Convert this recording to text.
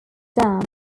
dam